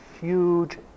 huge